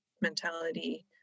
mentality